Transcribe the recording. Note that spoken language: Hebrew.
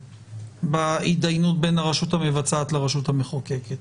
בהתדיינות בין הרשות המבצעת לרשות המחוקקת.